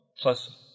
plus